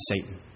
Satan